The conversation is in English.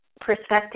perspective